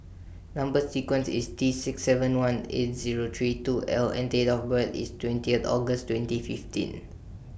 Number sequence IS T six seven one eight Zero three two L and Date of birth IS twentieth August twenty fifteen